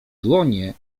dłonie